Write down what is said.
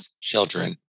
children